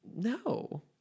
No